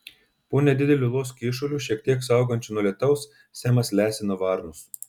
po nedideliu uolos kyšuliu šiek tiek saugančiu nuo lietaus semas lesino varnus